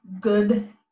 good